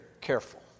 careful